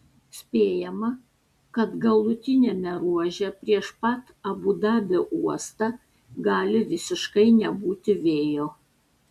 spėjama kad galutiniame ruože prieš pat abu dabio uostą gali visiškai nebūti vėjo